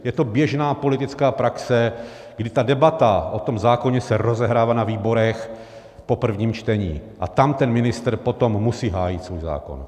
Je to běžná politická praxe, kdy debata o tom zákoně se rozehrává na výborech po prvním čtení, a tam ten ministr potom musí hájit svůj zákon.